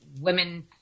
Women